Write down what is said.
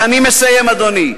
אני מסיים, אדוני.